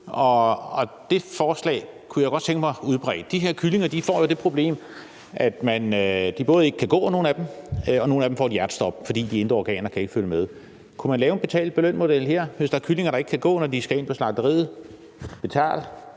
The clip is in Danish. Det forslag kunne jeg godt tænke mig udbredt. De her kyllinger får jo det problem, at nogle af dem ikke kan gå, og nogle af dem får hjertestop, fordi de indre organer ikke kan følge med. Kunne man lave en betal eller beløn-model her? Hvis der er kyllinger, der ikke kan gå, når de skal ind på slagteriet, er